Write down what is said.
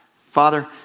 Father